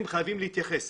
הם חייבים להתייחס.